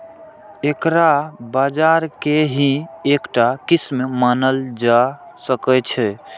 एकरा बाजार के ही एकटा किस्म मानल जा सकै छै